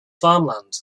farmland